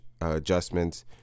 adjustments